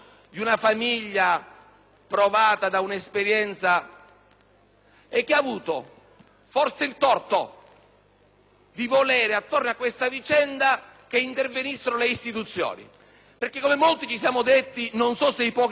e che ha avuto forse il torto di volere che attorno a questa vicenda intervenissero le istituzioni. Come molti ci siamo infatti detti - non so se ipocritamente - che tutto sarebbe stato più semplice